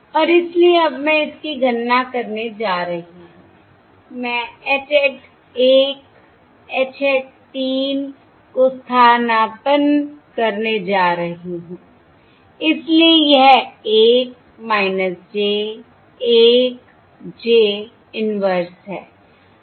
और इसलिए अब मैं इसकी गणना करने जा रही हूं मैं H hat 1 H hat 3 को स्थानापन्न करने जा रही हूं इसलिए यह 1 j 1 j इनवर्स है